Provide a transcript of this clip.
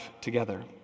together